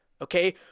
okay